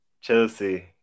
Chelsea